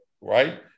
right